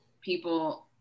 people